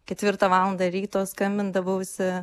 ketvirtą valandą ryto skambindavausi